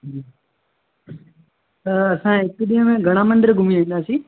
त असां हिकु ॾींहं में घणा मंदर घुमी वेंदासीं